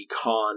con